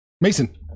Mason